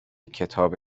کتاب